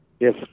Yes